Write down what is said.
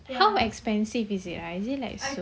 how expensive is it ah is it like so